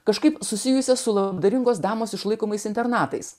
kažkaip susijusias su labdaringos damos išlaikomais internatais